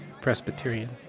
Presbyterian